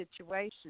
situations